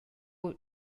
buca